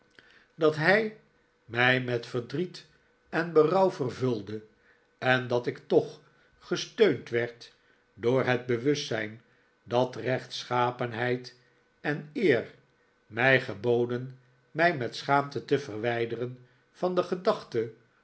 dat hij mij met verdriet en berouw vervulde en dat ik toch gesteund werd door het bewustzijn dat rechtschapenheid en eer mij geboden mij met schaamte te verwijderen van de gedachte